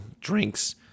drinks